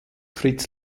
fritz